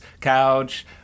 couch